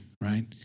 right